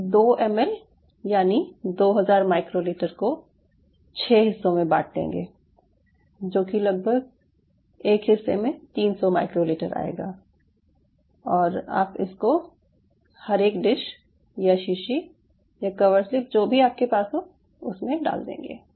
2 ML यानि 2000 microlitre को 6 हिस्सों में बाँट लेंगे जो कि लगभग एक हिस्से में 300 माइक्रोलीटर आएगा और आप इसको हर एक डिश या शीशी या कवरस्लिप जो भी आपके पास हो उसमे आप डाल देंगे